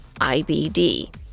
IBD